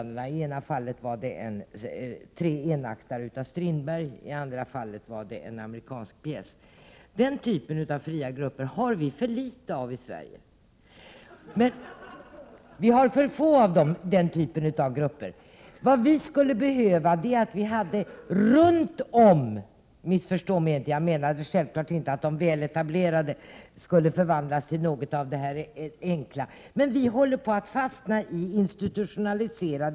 I det ena fallet var det fråga om tre enaktare av Strindberg, i det andra fallet var det en amerikansk pjäs. Den typen av fria grupper har vi för litet av i Sverige. Vi har för få av dem, och vad vi skulle behöva är fler av dem runt om i landet. Missförstå mig inte, Prot. 1987/88:105 jag menar självfallet inte att de väletablerade grupperna skall förvandlas till 21 april 1988 något i stil med det här enkla. Men vi håller på att fastna i institutionaliserantr am.